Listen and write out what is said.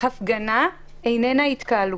הפגנה איננה התקהלות.